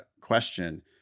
question